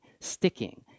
sticking